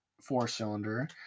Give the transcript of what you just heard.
four-cylinder